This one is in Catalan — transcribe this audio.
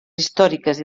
històriques